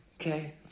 okay